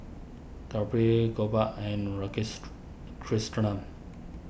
Gauri Gopal and